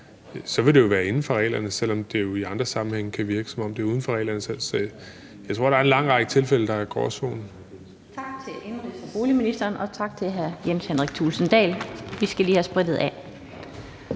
så vil det jo være inden for reglerne, selv om det i andre sammenhænge kan virke, som om det er uden for reglerne. Så jeg tror, der er en lang række tilfælde, hvor der er tale om gråzoner. Kl. 16:21 Den fg. formand (Annette Lind): Tak til indenrigs- og boligministeren, og tak til hr. Jens Henrik Thulesen Dahl. Vi skal lige have sprittet af.